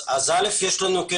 כן.